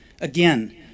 Again